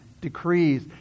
decrees